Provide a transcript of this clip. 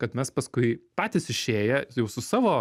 kad mes paskui patys išėję jau su savo